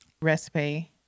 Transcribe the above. Recipe